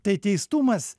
tai teistumas